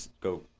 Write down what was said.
go